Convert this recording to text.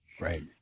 Right